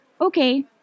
okay